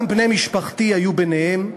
גם בני משפחתי היו ביניהם,